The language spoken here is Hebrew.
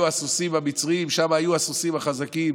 הסוסים המצריים היו הסוסים החזקים,